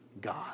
God